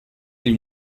elle